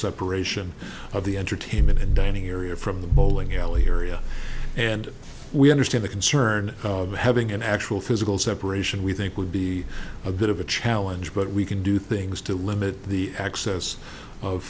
separation of the entertainment and dining area from the bowling alley area and we understand the concern having an actual physical separation we think would be a bit of a challenge but we can do things to limit the access of